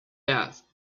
asked